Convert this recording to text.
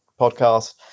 podcast